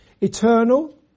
eternal